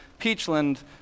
Peachland